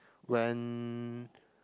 when